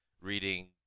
reading